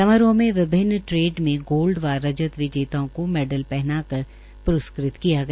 समारोह में विभन्न ट्रेड मे गोल्ड व रजत विजेताओं को मैडल पहनाकर प्रस्कृत किय गया